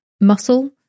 muscle